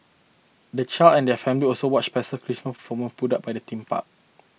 the child and their families also watched special Christmas performances put up by the theme park